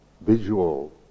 visual